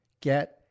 get